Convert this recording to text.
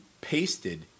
pasted